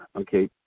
okay